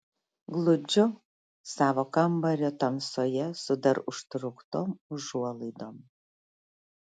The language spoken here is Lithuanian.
glūdžiu savo kambario tamsoje su dar užtrauktom užuolaidom